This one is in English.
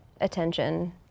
attention